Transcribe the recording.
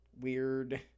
weird